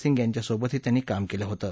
सिंग यांच्या सोबतही त्यांनी काम केलं होतं